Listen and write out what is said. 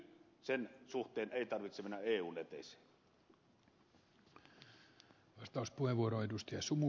sen suhteen ei tarvitse mennä eun eteisiin